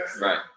Right